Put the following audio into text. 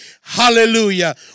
Hallelujah